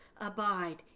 abide